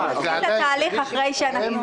אנחנו מתחילים בתהליך אחרי שיש אישור.